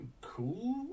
Cool